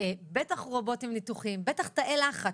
בטח רובוטים ניתוחיים, בטח תאי לחץ.